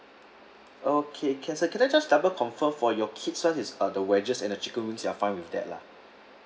okay can sir can I just double confirm for your kids one is uh the wedges and the chicken wings you are fine with that lah